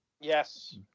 Yes